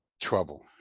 trouble